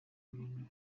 ibintu